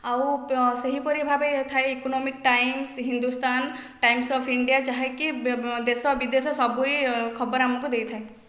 ଆଉ ସେହିପରି ଭାବେ ଥାଏ Economics Times Hindustan Times of India ଯାହାକି ଦେଶ ବିଦେଶ ସବୁରି ଖବର ଆମକୁ ଦେଇଥାଏ